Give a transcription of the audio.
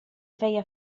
feia